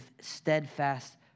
steadfast